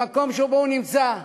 במקום שבו הוא נמצא.